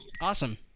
Awesome